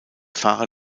fahrer